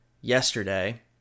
yesterday